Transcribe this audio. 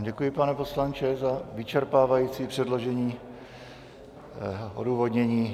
Děkuji vám, pane poslanče, za vyčerpávající předložení odůvodnění.